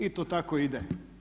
I to tako ide.